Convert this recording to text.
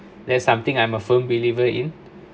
there's something I'm a firm believer in